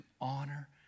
honor